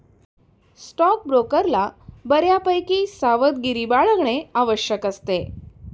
स्टॉकब्रोकरला बऱ्यापैकी सावधगिरी बाळगणे आवश्यक असते